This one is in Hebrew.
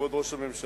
כבוד ראש הממשלה,